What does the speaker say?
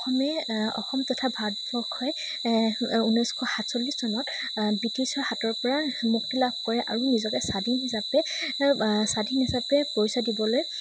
অসমে অসম তথা ভাৰতবৰ্ষই ঊনৈছশ সাতচল্লিছ চনত ব্ৰিটিছৰ হাতৰ পৰা মুক্তি লাভ কৰে আৰু নিজকে স্বাধীন হিচাপে স্বাধীন হিচাপে পৰিচয় দিবলৈ